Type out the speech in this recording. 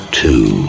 two